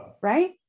Right